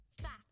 Fact